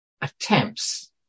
attempts